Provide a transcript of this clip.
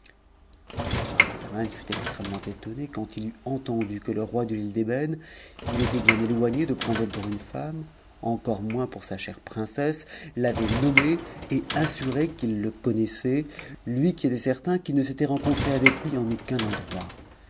camaralzaman fut extrêmement étonne quand il eut entendu que le roi de l'me d'ëbëne qu'il était bien éloigné de prendre pour une femme encore moins pour sa chère princesse l'avait nommé et assuré qu'il le connaissait lui qui était certain qu'il ne s'était rencontré avec lui en aucun endroit